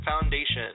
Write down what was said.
Foundation